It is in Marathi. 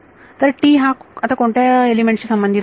तर हा आता कोणत्या एलिमेंट शी संबंधित असेल